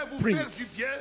prince